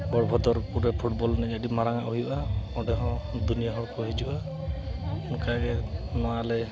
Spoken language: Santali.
ᱵᱳᱲ ᱵᱷᱚᱫᱚᱨ ᱯᱩᱨᱟᱹ ᱯᱷᱩᱴᱵᱚᱞ ᱮᱱᱮᱡ ᱟᱹᱰᱤ ᱢᱟᱨᱟᱝ ᱦᱩᱭᱩᱜᱼᱟ ᱚᱸᱰᱮ ᱦᱚᱸ ᱫᱩᱱᱤᱭᱟᱹ ᱦᱚᱲ ᱠᱚ ᱦᱤᱡᱩᱜᱼᱟ ᱚᱱᱠᱟᱜᱮ ᱱᱚᱣᱟ ᱞᱮ